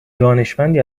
دانشمندی